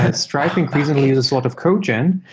ah stripe increasingly uses a lot of code gen,